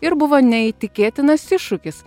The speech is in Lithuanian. ir buvo neįtikėtinas iššūkis